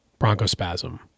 bronchospasm